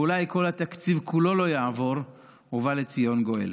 ואולי כל התקציב כולו לא יעבור, ובא לציון גואל.